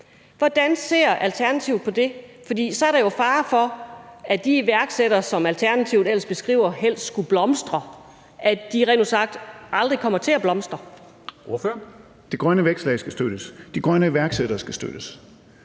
Hvordan ser Alternativet på det? For så er der jo fare for, at de iværksættere, som Alternativet ellers beskriver helst skulle blomstre, rent ud sagt aldrig kommer til at blomstre. Kl. 19:14 Formanden (Henrik Dam Kristensen): Ordføreren.